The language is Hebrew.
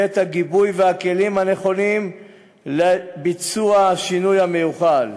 את הגיבוי והכלים הנכונים לביצוע השינוי המיוחל.